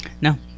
No